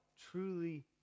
truly